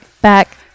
back